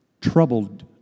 troubled